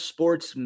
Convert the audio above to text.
Sports